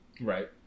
Right